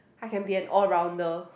I can be an all rounder